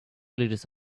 liters